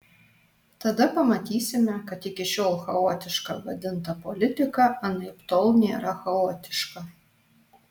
tada pamatysime kad iki šiol chaotiška vadinta politika anaiptol nėra chaotiška